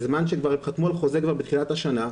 בזמן שהם כבר חתמו על חוזה בתחילת השנה.